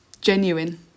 genuine